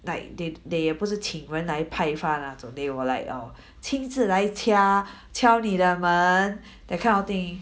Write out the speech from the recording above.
like they they 不是请人来派发那种 they will like oh 亲自来家敲你的门 that kind of thing